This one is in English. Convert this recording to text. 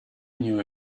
knew